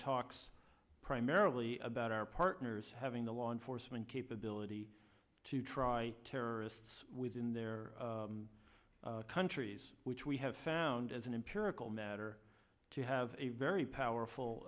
talks primarily about our partners having the law enforcement capability to try terrorists within their countries which we have found as an empirical matter to have a very powerful